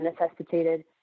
necessitated